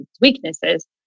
weaknesses